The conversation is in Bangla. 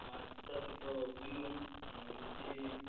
আচ্ছা সে তো বুঝলুম তা বলছি